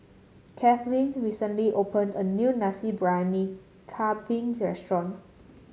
Kathleen recently opened a new Nasi Briyani Kambing restaurant